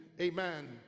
amen